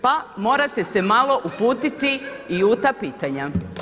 Pa morate se malo uputiti i u ta pitanja.